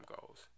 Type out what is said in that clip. goals